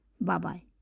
Bye-bye